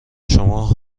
شما